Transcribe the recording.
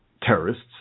terrorists